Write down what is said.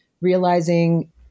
realizing